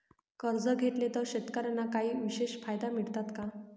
कर्ज घेतले तर शेतकऱ्यांना काही विशेष फायदे मिळतात का?